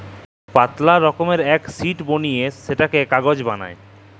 পাতলা রকমের এক শিট বলিয়ে সেটকে কাগজ বালাই